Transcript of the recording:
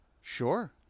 Sure